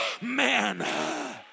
man